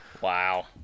Wow